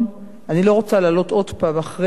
אני לא רוצה לעלות עוד פעם אחרי ההצבעה,